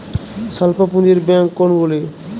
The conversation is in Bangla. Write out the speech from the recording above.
স্বল্প পুজিঁর ব্যাঙ্ক কোনগুলি?